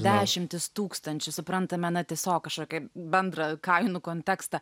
dešimtys tūkstančių suprantame na tiesiog kažkokį bendrą kainų kontekstą